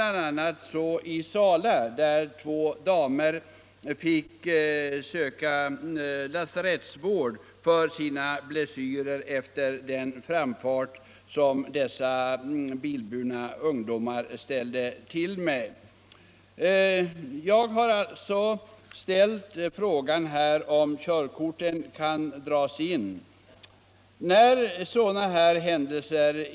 a. har ett sådant uppträde inträffat i Sala, där två damer fick söka lasarettsvård för sina blessyrer efter de bilburna ungdomarnas framfart. Jag har alltså ställt frågan om körkortet kan dras in i sådana fall.